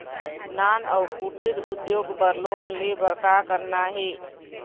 नान अउ कुटीर उद्योग बर लोन ले बर का करना हे?